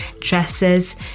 dresses